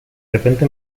repente